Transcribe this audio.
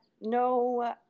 no